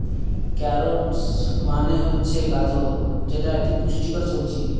carrots মানে হচ্ছে গাজর যেটা এক পুষ্টিকর সবজি